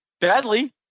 badly